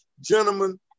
Gentlemen